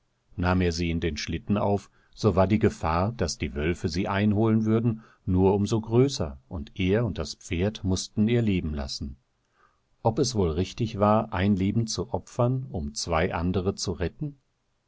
nahm er sie in den schlitten auf so war die gefahr daß die wölfe sie einholen würden nur um so größer und er und das pferd mußten ihr leben lassen ob es wohl richtig war ein leben zu opfern um zweianderezuretten das